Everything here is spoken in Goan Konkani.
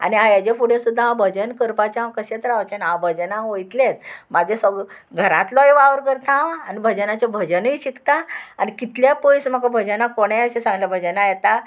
आनी हांव हेजे फुडें सुद्दां हांव भजन करपाचें हांव कशेंच रावचें आनी हांव भजनांव वयतलेंच म्हाजें सगळें घरांतलोय वावर करता हांव आनी भजनाचें भजनूय शिकता आनी कितलें पयस म्हाका भजनाक कोणेंय अशें सांगलें भजना येता